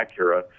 Acura